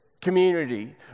community